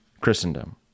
christendom